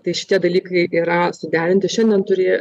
tai šitie dalykai yra suderinti šiandien turėjo